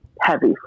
heavy